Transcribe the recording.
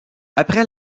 après